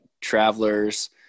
Travelers